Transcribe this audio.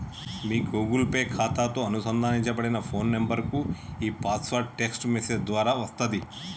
మీ Google Pay ఖాతాతో అనుబంధించబడిన phone నంబర్కు ఈ పాస్వర్డ్ టెక్ట్స్ మెసేజ్ ద్వారా వస్తది